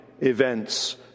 events